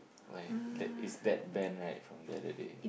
why that is that Ben right from the other day